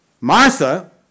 Martha